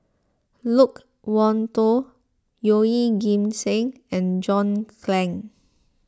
Loke Wan Tho Yeoh Ghim Seng and John Clang